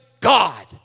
God